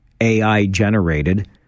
AI-generated